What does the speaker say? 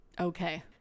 Okay